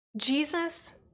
Jesus